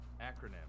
acronym